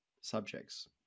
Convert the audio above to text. subjects